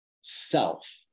self